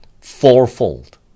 fourfold